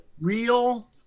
real